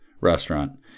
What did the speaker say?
restaurant